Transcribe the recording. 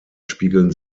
spiegeln